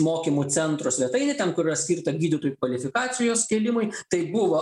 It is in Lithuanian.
mokymų centro svetainėj ten kur yra skirta gydytojų kvalifikacijos kėlimui tai buvo